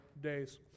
days